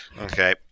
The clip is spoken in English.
Okay